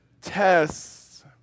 tests